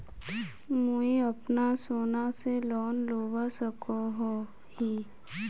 मुई अपना सोना से लोन लुबा सकोहो ही?